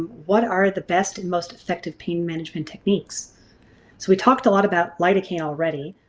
what are the best and most effective pain management techniques? so we talked a lot about lidocaine already,